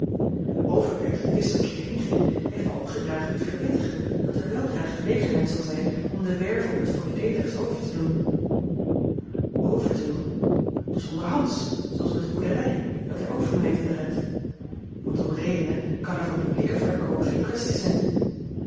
overberg die wist dat ik hier heen ging heeft mij opgedragen u te verwittigen dat er weldra gelegenheid zal zijn om de werve op het voordeeligst over te doen over te doen dus onderhands zooals met de boerderij dat hij ook voor mij heeft bered want om redenen kan er van publieken verkoop geen kwestie zijn